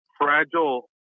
fragile